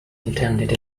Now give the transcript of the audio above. intended